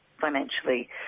financially